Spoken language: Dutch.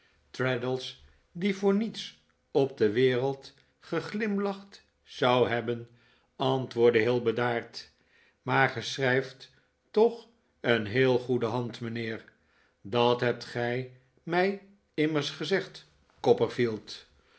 traddles die voor niets op de wereld geglimlacht zou hebben antwoordde heel bedaard maar gij schrijft toch een heel goede hand mijnheer dat hebt gij mij immers gezegd